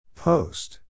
Post